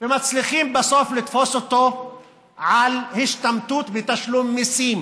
ומצליחים בסוף לתפוס אותו על השתמטות מתשלום מיסים.